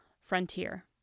frontier